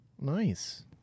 Nice